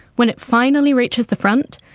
when it finally reaches the front,